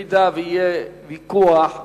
אני לא רואה שמישהו מתנגד.